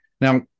Now